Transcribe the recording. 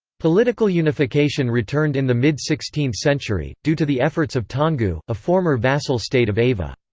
political unification returned in the mid sixteenth century, due to the efforts of taungoo, a former vassal state of ava.